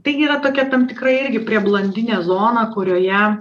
tai yra tokia tam tikra irgi prieblandinė zona kurioje